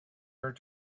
her